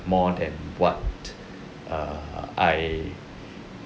more than what err I